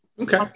Okay